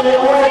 הוא אומר,